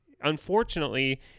unfortunately